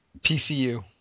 PCU